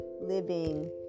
living